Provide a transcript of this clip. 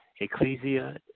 ecclesia